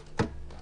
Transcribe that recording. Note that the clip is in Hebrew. שהממשלה